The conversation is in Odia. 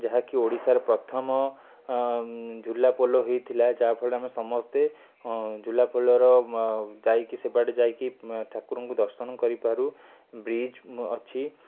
ଯାହାକି ଓଡ଼ିଶାରେ ପ୍ରଥମ ଅଁ ଉଁ ଝୁଲାପୋଲ ହେଇଥିଲା ଯାହାଫଳରେ ଆମେ ସମସ୍ତେ ଅଁ ଝୁଲାପୋଲର ଅଁ ଯାଇକି ସେବାଟେ ଯାଇକି ଉଁ ଠାକୁରଙ୍କୁ ଦର୍ଶନ କରିପାରୁ ବ୍ରିଜ୍ ଅଛି